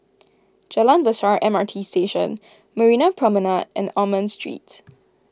Jalan Besar M R T Station Marina Promenade and Almond Street